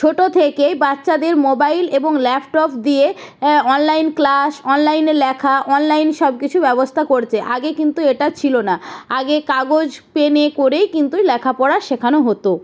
ছোটো থেকেই বাচ্চাদের মোবাইল এবং ল্যাপটপ দিয়ে অনলাইন ক্লাস অনলাইনে লেখা অনলাইন সব কিছু ব্যবস্থা করছে আগে কিন্তু এটা ছিলো না আগে কাগজ পেনে করেই কিন্তু লেখাপড়া শেখানো হতো